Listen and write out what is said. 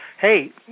hey